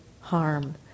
harm